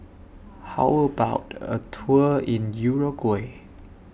How about A Tour in Uruguay